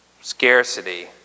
scarcity